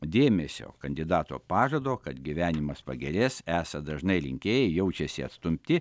dėmesio kandidato pažado kad gyvenimas pagerės esą dažnai rinkėjai jaučiasi atstumti